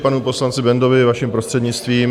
K panu poslanci Bendovi, vaším prostřednictvím.